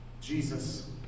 Jesus